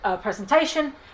presentation